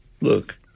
Look